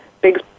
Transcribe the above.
big